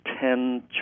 ten